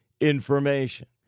information